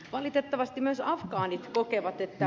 valitettavasti myös afgaanit kokevat että